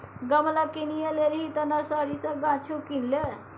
गमला किनिये लेलही तँ नर्सरी सँ गाछो किन ले